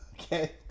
Okay